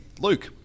Luke